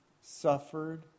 suffered